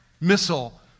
missile